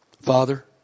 Father